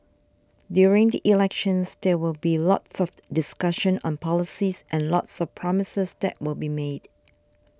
during the elections there will be lots of discussion on policies and lots of promises that will be made